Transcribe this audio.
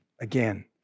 again